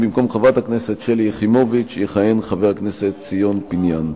במקום חברת הכנסת שלי יחימוביץ יכהן חבר הכנסת ציון פיניאן.